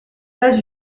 pas